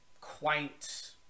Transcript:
quaint